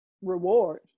Reward